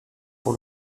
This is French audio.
pour